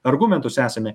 argumentus esame